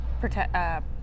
protect